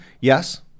yes